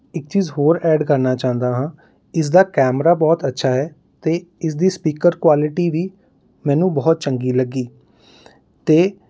ਇੱਕ ਚੀਜ਼ ਹੋਰ ਐਡ ਕਰਨਾ ਚਾਹੁੰਦਾ ਹਾਂ ਇਸਦਾ ਕੈਮਰਾ ਬਹੁਤ ਅੱਛਾ ਹੈ ਅਤੇ ਇਸਦੀ ਸਪੀਕਰ ਕੁਆਲਿਟੀ ਵੀ ਮੈਨੂੰ ਬਹੁਤ ਚੰਗੀ ਲੱਗੀ ਅਤੇ